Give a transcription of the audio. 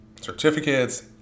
certificates